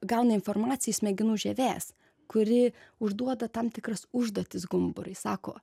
gauna informaciją iš smegenų žievės kuri užduoda tam tikras užduotis gumburui sako